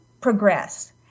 progress